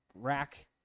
rack